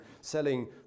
selling